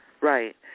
right